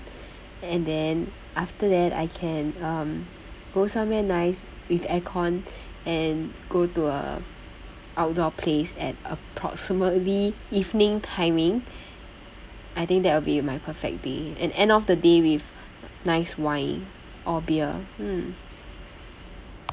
and then after that I can um go somewhere nice with air con and go to a outdoor place at approximately evening timing I think that would be my perfect day and end off the day with nice wine or beer mm